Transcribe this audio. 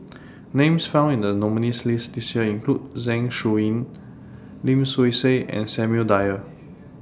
Names found in The nominees' list This Year include Zeng Shouyin Lim Swee Say and Samuel Dyer